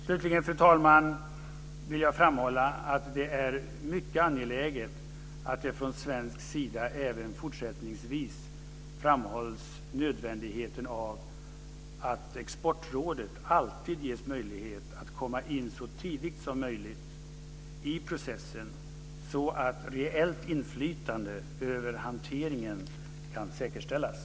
Slutligen, fru talman, vill jag framhålla att det är mycket angeläget att från svensk sida även fortsättningsvis framhålla nödvändigheten av att Exportkontrollrådet alltid ges möjlighet att komma in så tidigt som möjligt i processen så att reellt inflytande över hanteringen kan säkerställas.